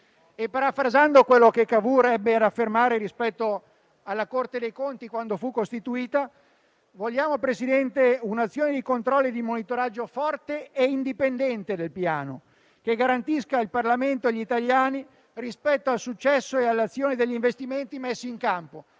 Parafrasando quello che Cavour ebbe ad affermare rispetto alla Corte dei conti quando fu costituita, vogliamo un'azione di controllo e di monitoraggio forte e indipendente del Piano, che garantisca il Parlamento e gli italiani rispetto al successo e all'azione degli investimenti messi in campo,